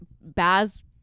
Baz